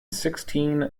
sixteen